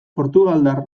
portugaldar